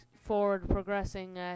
forward-progressing